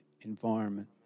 environment